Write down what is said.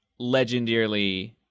legendarily